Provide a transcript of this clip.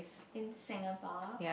in Singapore